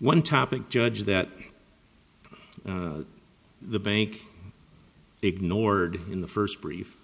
one topic judge that the bank ignored in the first brief